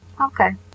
Okay